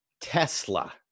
Tesla